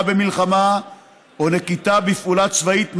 במלחמה או נקיטה בפעולה צבאית משמעותית,